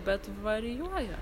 bet varijuoja